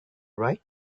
right